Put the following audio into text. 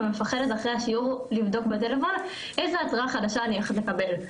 ומפחדת אחרי השיעור לבדוק בטלפון איזו התראה חדשה אני הולכת לקבל.